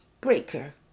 Breaker